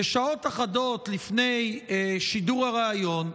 כי שעות אחדות לפני שידור הריאיון,